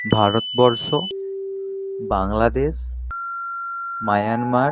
Bharatvarsha Bangladesh Myanmar